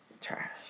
Trash